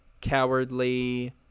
cowardly